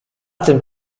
tym